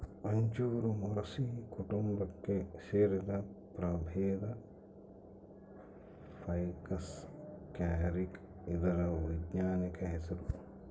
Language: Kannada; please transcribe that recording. ಅಂಜೂರ ಮೊರಸಿ ಕುಟುಂಬಕ್ಕೆ ಸೇರಿದ ಪ್ರಭೇದ ಫೈಕಸ್ ಕ್ಯಾರಿಕ ಇದರ ವೈಜ್ಞಾನಿಕ ಹೆಸರು